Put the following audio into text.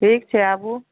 ठीक छै आबू